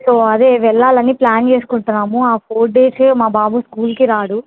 so అదే వెళ్ళాలని plan చేసుకుంటున్నాము ఆ ఫోర్ డేసు మా బాబు స్కూల్కి రాడు